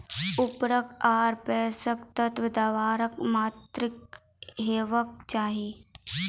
उर्वरक आर पोसक तत्व देवाक मात्राकी हेवाक चाही?